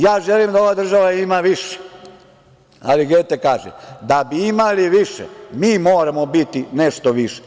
Ja želim da ova država ima više, ali Gete kaže – da bi imali više, mi moramo biti nešto više.